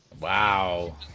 Wow